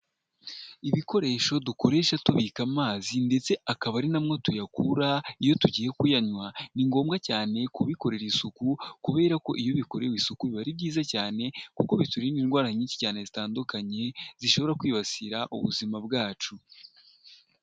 Ibikoresho dukoresha tubika amazi ndetse akaba ari nawo tuyakura iyo tugiye kuyanywa, ni ngombwa cyane kubikorera isuku, kubera ko iyo bikorewe isuku biba ari byiza cyane, kuko biturinda indwara nyinshi cyane zitandukanye zishobora kwibasira ubuzima bwacu.